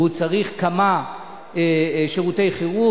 והוא צריך כמה שירותי חירום,